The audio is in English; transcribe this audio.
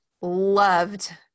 loved